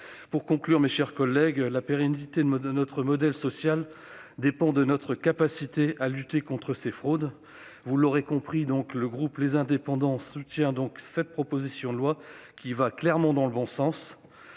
Pour conclure, mes chers collègues, la pérennité de notre modèle social dépend de notre capacité à lutter contre ces fraudes. Par conséquent, vous l'aurez compris, le groupe Les Indépendants soutient cette proposition de loi qui va clairement dans le bon sens.